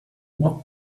what